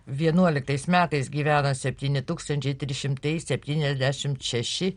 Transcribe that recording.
vienuoliktais metais gyveno septyni tūkstančiai trys šimtai septyniasdešimt šeši